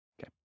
Okay